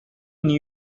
new